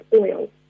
oil